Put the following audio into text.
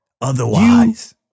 otherwise